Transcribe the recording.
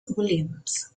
williams